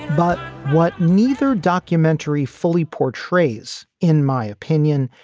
but what neither documentary fully portrays, in my opinion,